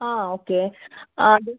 okay